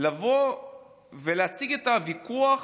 לבוא ולהציג את הוויכוח,